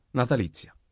natalizia